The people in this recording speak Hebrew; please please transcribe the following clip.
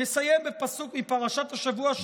נסיים בפסוק מפרשת השבוע שקראנו,